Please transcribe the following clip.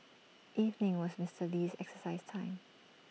evening was Mister Lee's exercise time